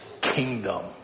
kingdom